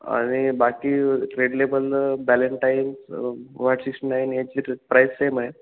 आणि बाकी red label Ballantine VAT sixty nine याची प्राईस सेम आहे